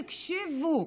תקשיבו,